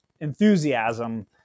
enthusiasm